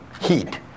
heat